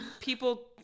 people